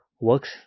works